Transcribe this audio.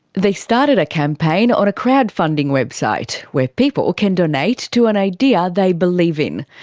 they started a campaign on a crowdfunding website, where people can donate to an idea they believe in.